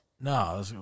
No